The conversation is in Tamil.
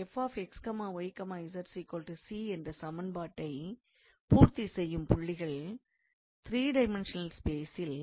𝑓𝑥𝑦𝑧 𝑐 என்ற சமன்பாட்டை பூர்த்தி செய்யும் புள்ளிகள் த்ரீ டைமென்ஷனல் ஸ்பேஸில்